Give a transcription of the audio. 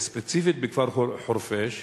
ספציפית בכפר חורפיש,